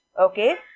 okay